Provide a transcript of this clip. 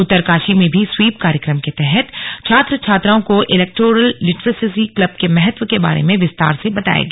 उत्तरकाशी में भी स्वीप कार्यक्रम के तहत छात्र छात्राओं को इलेक्ट्रोरल लिटरेसी क्लब के महत्व के बारे में विस्तार से बताया गया